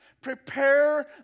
prepare